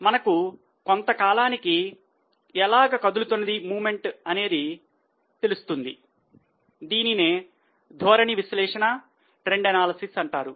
మనకు కొంతకాలానికి ఎలా కదులుతున్నది అంటారు